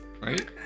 right